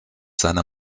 seiner